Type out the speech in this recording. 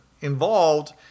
involved